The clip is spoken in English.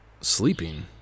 sleeping